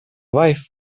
wife